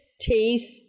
teeth